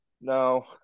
No